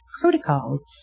protocols